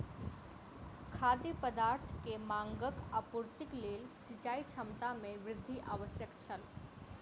खाद्य पदार्थ के मांगक आपूर्तिक लेल सिचाई क्षमता में वृद्धि आवश्यक छल